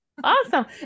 awesome